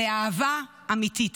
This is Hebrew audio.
באהבה אמיתית.